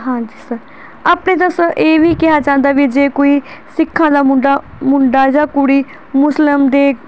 ਹਾਂਜੀ ਸਰ ਆਪਣੇ ਦੱਸੋ ਇਹ ਵੀ ਕਿਹਾ ਜਾਂਦਾ ਵੀ ਜੇ ਕੋਈ ਸਿੱਖਾਂ ਦਾ ਮੁੰਡਾ ਮੁੰਡਾ ਜਾਂ ਕੁੜੀ ਮੁਸਲਿਮ ਦੇ